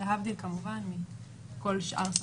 כמובן מכל שאר הסמכויות.